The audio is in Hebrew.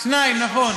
שניים, נכון.